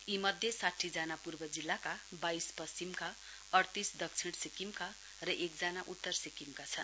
यी मध्ये साठीजिना पूर्व जिल्लामा बाइस पश्चिमकाअइतीस दक्षिण सिक्किमका र एकजना उत्तर सिक्किमका छन्